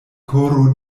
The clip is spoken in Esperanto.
koro